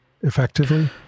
effectively